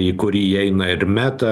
į kurį įeina ir meta